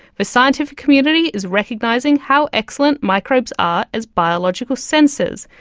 the scientific community is recognising how excellent microbes are as biological sensors.